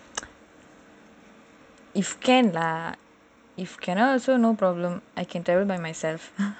if can lah if cannot also no problem I can travel myself